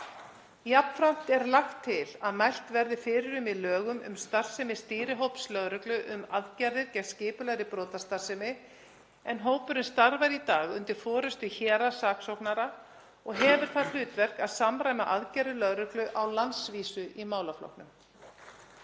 Jafnframt er lagt til að mælt verði fyrir um í lögum um starfsemi stýrihóps lögreglu um aðgerðir gegn skipulagðri brotastarfsemi en hópurinn starfar í dag undir forystu héraðssaksóknar og hefur það hlutverk að samræma aðgerðir lögreglu á landsvísu í málaflokknum.